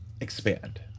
expand